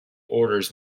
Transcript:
orders